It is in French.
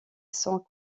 sans